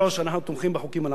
אנחנו תומכים בחוקים הללו.